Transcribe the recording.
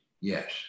Yes